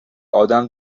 آدم